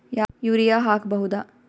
Urea ಹಾಕ್ ಬಹುದ?